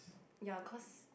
ya cause